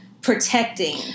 protecting